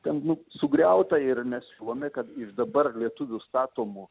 ten nu sugriauta ir mes siūlome kad iš dabar lietuvių statomų